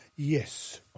Yes